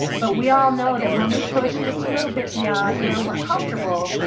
but we all know that when we push just a little bit beyond where we're comfortable,